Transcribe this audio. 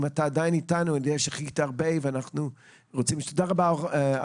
אני יודע שחיכית הרבה ואנחנו רוצים לשמוע אותך.